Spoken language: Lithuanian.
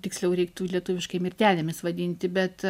tiksliau reiktų lietuviškai mirtenėmis vadinti bet